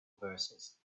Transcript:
verses